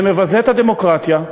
וזה מבזה את הדמוקרטיה.